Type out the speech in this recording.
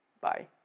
Bye